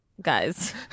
guys